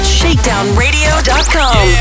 shakedownradio.com